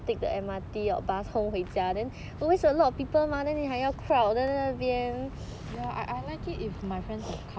ya I I like